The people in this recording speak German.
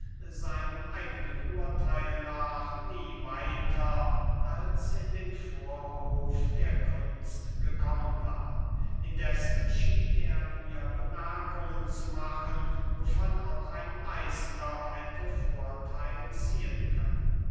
seinem eigenen urtheil nach nie weiter als in den vorhof der kunst gekommen war indessen schien er mir bemerkungen zu machen wovon auch ein meister hätte vortheil ziehen können